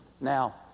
Now